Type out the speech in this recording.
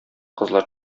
кызлар